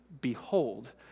Behold